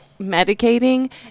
medicating